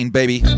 baby